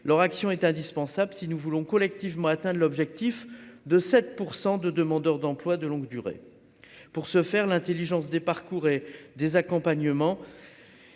leur action est indispensable si nous voulons collectivement atteint l'objectif de 7 % de demandeurs d'emploi de longue durée, pour ce faire, l'Intelligence des parcours et des accompagnement